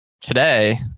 today